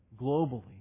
globally